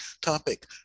topic